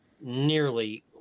nearly